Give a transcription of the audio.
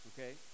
Okay